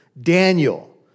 Daniel